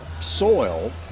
soil